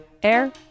Air